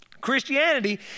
Christianity